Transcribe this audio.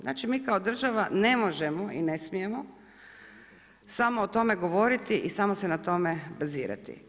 Znači mi kao država ne možemo i ne smijemo samo o tome govoriti i samo se na tome bazirati.